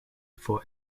for